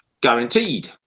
guaranteed